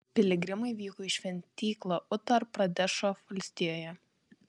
piligrimai vyko į šventyklą utar pradešo valstijoje